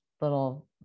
little